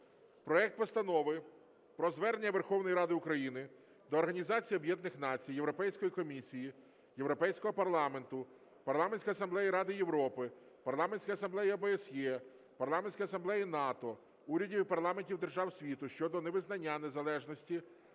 проект Постанови про Звернення Верховної Ради України до Організації Об'єднаних Націй, Європейської Комісії, Європейського Парламенту, Парламентської Асамблеї Ради Європи, Парламентської Асамблеї ОБСЄ, Парламентської Асамблеї НАТО, урядів і парламентів держав світу щодо невизнання незалежності